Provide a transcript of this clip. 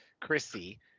Chrissy